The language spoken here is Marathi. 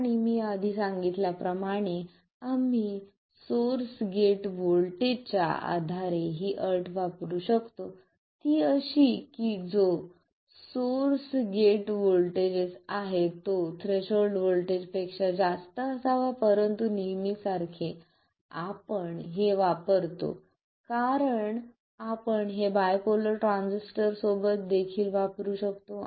आणि मी आधी सांगितल्याप्रमाणे आम्ही सोर्स गेट व्होल्टेजच्या आधारेही अट वापरू शकतो ती अशी की जो सोर्स गेट व्होल्टेज आहे तो थ्रेशोल्ड व्होल्टेजपेक्षा जास्त असावा परंतु नेहमीसारखे आपण हे वापरतो कारण आपण हे बायपोलर ट्रान्झिस्टरसोबत देखील वापरू शकतो